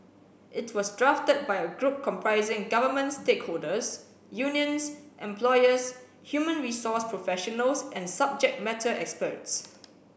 it was drafted by a group comprising government stakeholders unions employers human resource professionals and subject matter experts